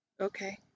Okay